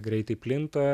greitai plinta